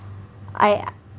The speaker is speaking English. I